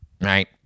Right